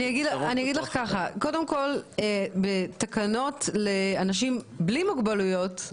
בתקנות לאנשים בלי מוגבלויות,